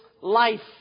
life